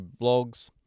blogs